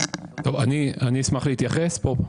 אני שאלתי לפחות שבע שאלות שלא קיבלתי עליהן תשובות.